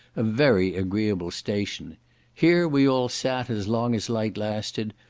a very agreeable station here we all sat as long as light lasted,